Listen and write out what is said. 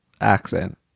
accent